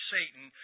Satan